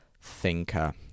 thinker